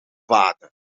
water